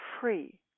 free